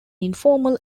informal